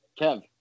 Kev